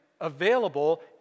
available